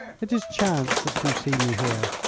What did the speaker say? it is chance that you see me here.